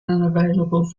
unavailable